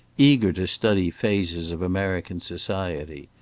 eager to study phases of american society.